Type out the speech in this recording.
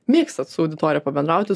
mėgstat su auditorija pabendrauti